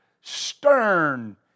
stern